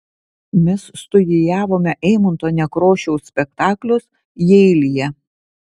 mes studijavome eimunto nekrošiaus spektaklius jeilyje